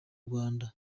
rwanda